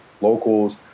locals